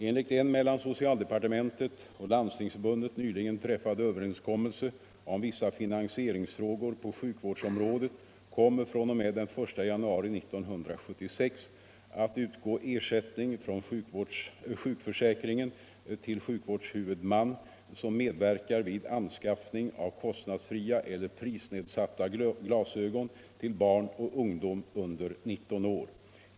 Enligt en mellan socialdepartementet och Landstingsförbundet nyligen träffad överenskommelse om vissa finansieringsfrågor på sjukvårdsområdet kommer fr.o.m. den 1 januari 1976 att utgå ersättning från sjukförsäkringen till sjukvårdshuvudman som medverkar vid anskaffning av kostnadsfria eller prisnedsatta glasögon till barn och ungdom under 19 år.